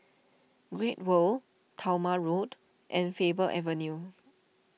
Great World Talma Road and Faber Avenue